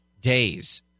days